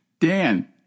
Dan